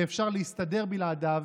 ואפשר להסתדר בלעדיו,